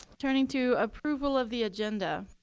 turning to approval of the agenda,